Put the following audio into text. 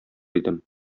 идем